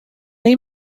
him